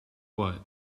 what